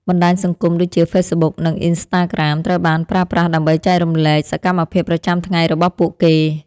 បណ្ដាញសង្គមដូចជាហ្វេសប៊ុកនិងអុីនស្តាក្រាមត្រូវបានប្រើប្រាស់ដើម្បីចែករំលែកសកម្មភាពប្រចាំថ្ងៃរបស់ពួកគេ។